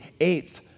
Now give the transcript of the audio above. eighth